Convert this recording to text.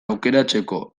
aukeratzeko